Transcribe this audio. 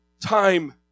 Time